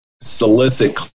solicit